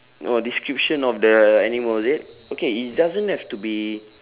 orh description of the animal is it okay it doesn't have to be